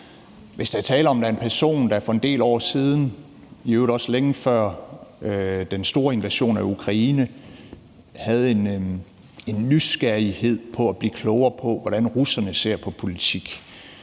Hvis der er tale om, at der er en person, der for en del år siden, i øvrigt også længe før den store invasion af Ukraine, havde en nysgerrighed på at blive klogere på, hvordan russerne ser på politik,